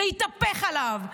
זה יתהפך עליו.